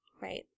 Right